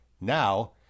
Now